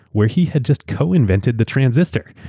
where he had just co-invented the transistor.